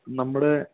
നമ്മുടെ